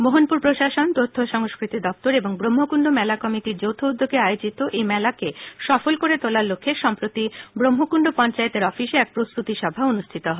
মোহনপুর প্রশাসন তথ্য ও সংস্কৃতি দপ্তর এবং ব্রষ্ণকুন্ড মেলা কমিটির যৌথ উদ্যোগে আয়োজিত এই মেলাকে সর্বাঙ্গিক সুন্দর ও সফল করে তোলার লক্ষ্যে সম্প্রতি ব্রক্ষকুন্ড পঞ্চায়েতের অফিসে এক প্রস্তুতি সভা অনুষ্ঠিত হয়